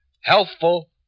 Healthful